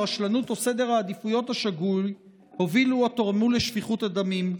הרשלנות או סדר העדיפויות השגוי הובילו אותו אל שפיכות הדמים.